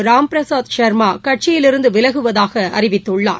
ராம்பிரசாத் ஷர்மா கட்சியிலிருந்துவிலகுவதாக அறிவித்துள்ளார்